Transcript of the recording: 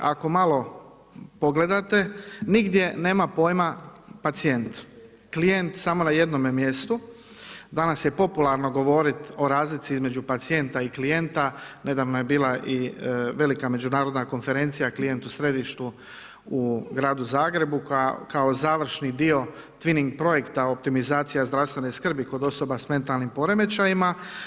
Ako malo pogledate, nigdje nema pojma pacijent, klijent samo na jednome mjestu, danas je popularno govoriti o razlici između pacijenta i klijenta, nedavno je bila i velika međunarodna konferencija, pacijent u središtu u Gradu Zagrebu, kao završni dio twinning projekta, optimizacija zdravstvene skrbi, kod osoba s metalnim poremećajima.